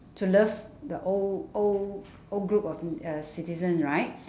to love the old old old group of uh citizens right